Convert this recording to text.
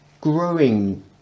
growing